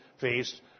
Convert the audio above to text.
faced